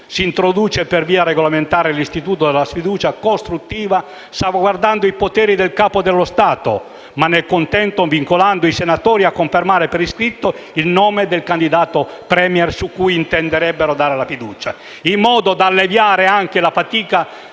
si introduce per via regolamentare l'istituto della sfiducia costruttiva salvaguardando i poteri del Capo dello Stato, ma nel contempo vincolando i senatori a confermare per iscritto il nome del candidato *Premier* su cui intenderebbero dare la fiducia, in modo da alleviare anche la fatica